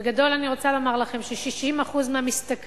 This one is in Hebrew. בגדול אני רוצה לומר לכם ש-60% מהמשתכרים